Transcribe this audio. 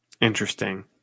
Interesting